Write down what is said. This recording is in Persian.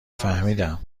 فهمیدم